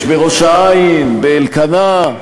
יש בראש-העין, באלקנה,